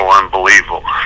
unbelievable